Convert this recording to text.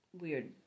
weird